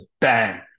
bang